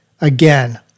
again